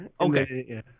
Okay